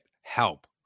help